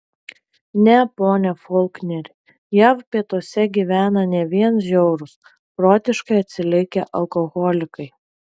ne pone folkneri jav pietuose gyvena ne vien žiaurūs protiškai atsilikę alkoholikai